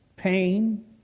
pain